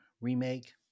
Remake